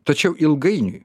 tačiau ilgainiui